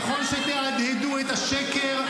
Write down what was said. ככל שתהדהדו את השקר,